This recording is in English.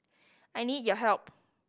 I need your help